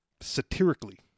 satirically